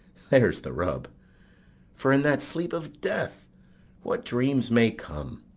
there's the rub for in that sleep of death what dreams may come,